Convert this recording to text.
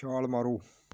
ਛਾਲ ਮਾਰੋ